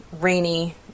rainy